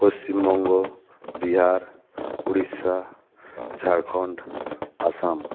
Paschimbanga Bihar Orissa Jharkhand Assam